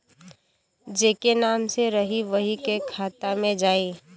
जेके नाम से रही वही के खाता मे जाई